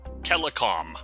Telecom